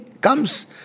comes